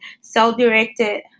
self-directed